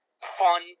fun